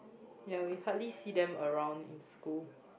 ya we hardly see them around in school